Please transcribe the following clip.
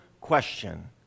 question